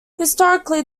historically